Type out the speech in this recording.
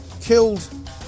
killed